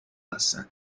هستند